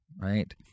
right